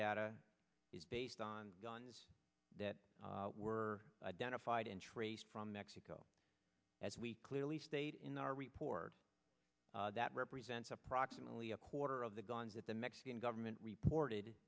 data is based on guns that were identified and traced from mexico as we clearly stated in our report that represents approximately a quarter of the guns that the mexican government reported